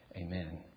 Amen